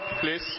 please